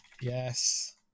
yes